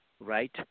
right